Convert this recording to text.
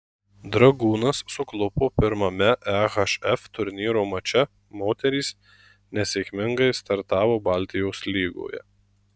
dragūnas suklupo pirmame ehf turnyro mače moterys nesėkmingai startavo baltijos lygoje